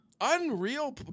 Unreal